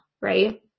right